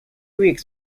weeks